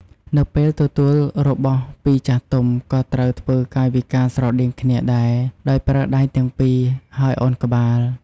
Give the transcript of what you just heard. នៅពេលទទួលរបស់ពីចាស់ទុំ ក៏ត្រូវធ្វើកាយវិការស្រដៀងគ្នាដែរ ដោយប្រើដៃទាំងពីរ ហើយឱនក្បាល។